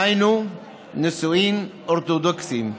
היינו, נישואין אורתודוקסיים.